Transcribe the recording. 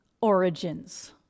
origins